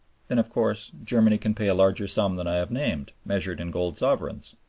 then, of course, germany can pay a larger sum than i have named, measured in gold sovereigns.